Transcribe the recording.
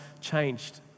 changed